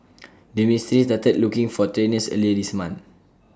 the ministry started looking for trainers earlier this month